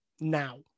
Now